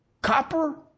Copper